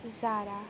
Zara